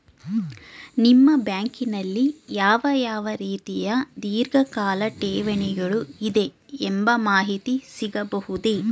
ನಿಮ್ಮ ಬ್ಯಾಂಕಿನಲ್ಲಿ ಯಾವ ಯಾವ ರೀತಿಯ ಧೀರ್ಘಕಾಲ ಠೇವಣಿಗಳು ಇದೆ ಎಂಬ ಮಾಹಿತಿ ಸಿಗಬಹುದೇ?